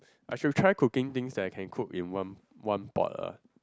I should try cooking things that I can cook on one one pot ah